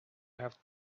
have